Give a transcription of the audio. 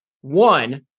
One